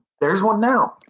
there's one now.